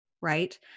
right